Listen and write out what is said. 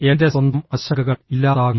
എൻ്റെ സ്വന്തം ആശങ്കകൾ ഇല്ലാതാകുന്നു